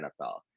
NFL